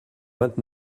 vingt